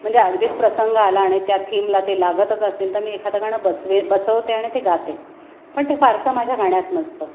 म्हणजे अगदीच प्रसंग आला आणि त्या थीमला ते लागतच असेल तर मी एखादं गाणं बसवेन बसवते आणि ते गाते पण ते फारसं माझ्या गाण्यात नसतं